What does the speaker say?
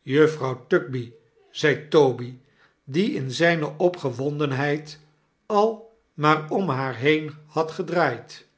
juffrouw tugby zed toby die in zijne opgewondenheid al maar om haar heen had gedraaid